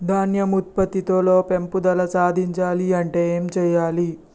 ధాన్యం ఉత్పత్తి లో పెంపుదల సాధించాలి అంటే ఏం చెయ్యాలి?